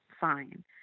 fine